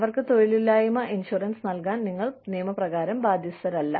അവർക്ക് തൊഴിലില്ലായ്മ ഇൻഷുറൻസ് നൽകാൻ നിങ്ങൾ നിയമപ്രകാരം ബാധ്യസ്ഥരല്ല